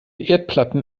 erdplatten